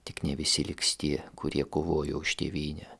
tik ne visi liks tie kurie kovojo už tėvynę